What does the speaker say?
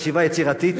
חשיבה יצירתית.